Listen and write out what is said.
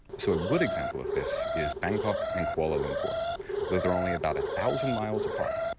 so a good example of this is bangkok and kuala lumpur though they are only about a thousand miles apart,